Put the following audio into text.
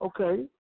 Okay